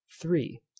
three